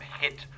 Hit